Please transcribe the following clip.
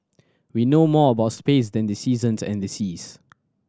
we know more about space than the seasons and the seas